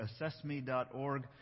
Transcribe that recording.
assessme.org